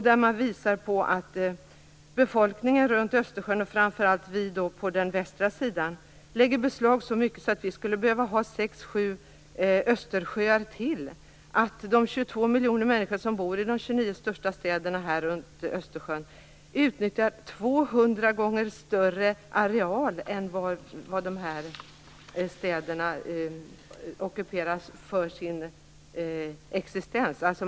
Där visar man att befolkningen runt Östersjön, framför allt vi på den västra sidan, lägger beslag på så mycket att vi skulle behöva ha sex, sju östersjöar till. De 22 miljoner människor som bor i de 29 största städerna runt Östersjön utnyttjar 200 gånger större areal än städerna ockuperar för sin existens.